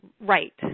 right